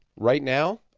right now?